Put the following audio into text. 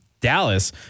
Dallas